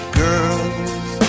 girls